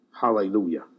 Hallelujah